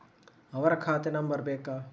ಅವರ ಖಾತೆ ನಂಬರ್ ಬೇಕಾ?